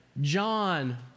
John